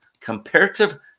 comparative